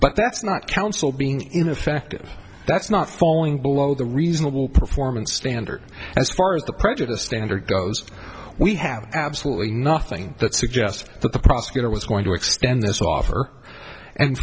but that's not counsel being ineffective that's not falling below the reasonable performance standard as far as the prejudiced standard goes we have absolutely nothing that suggests that the prosecutor was going to extend this offer and